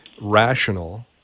rational